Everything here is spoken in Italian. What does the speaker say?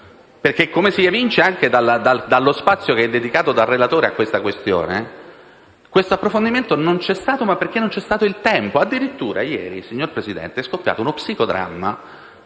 Infatti, come si evince anche dallo spazio dedicato dal relatore alla tale questione, l'approfondimento non c'è stato perché non ce ne è stato il tempo. Addirittura ieri, signor Presidente, è scoppiato uno psicodramma